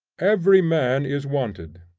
every man is wanted,